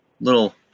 little